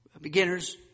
beginners